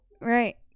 right